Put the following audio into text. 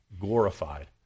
glorified